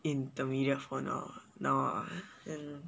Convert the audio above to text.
in the media for now now ah and